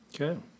Okay